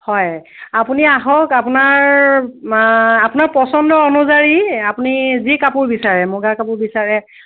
হয় আপুনি আহক আপোনাৰ আপোনাৰ পচন্দ অনুযায়ী আপুনি যি কাপোৰ বিচাৰে মুগা কাপোৰ বিচাৰে